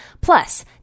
Plus